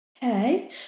okay